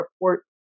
report